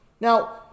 Now